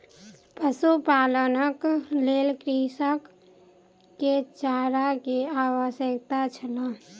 पशुपालनक लेल कृषक के चारा के आवश्यकता छल